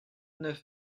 neuf